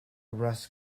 rust